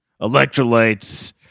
Electrolytes